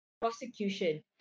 Prosecution